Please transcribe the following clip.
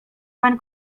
pan